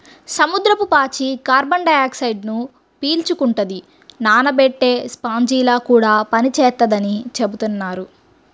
సముద్రపు పాచి కార్బన్ డయాక్సైడ్ను పీల్చుకుంటది, నానబెట్టే స్పాంజిలా కూడా పనిచేత్తదని చెబుతున్నారు